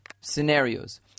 scenarios